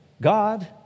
God